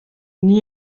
n’y